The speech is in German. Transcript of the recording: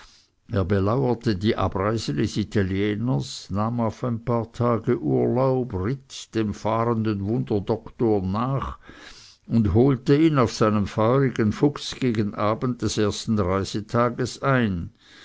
belauerte die abreise des italieners nahm auf ein paar tage urlaub ritt dem fahrenden wunderdoktor nach und holte ihn auf seinem feurigen fuchs gegen abend des ersten reisetages ein